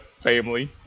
family